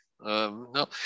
no